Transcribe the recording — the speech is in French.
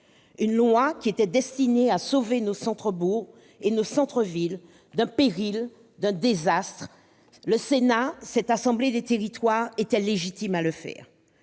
une loi destinée à sauver nos centres-bourgs et nos centres-villes d'un péril, d'un désastre. Le Sénat, cette assemblée des territoires, était légitime à le faire.